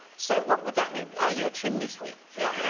so what would that mean? are you a chimney sweep? yeah